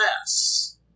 less